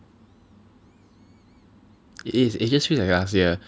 it is it just feels like last year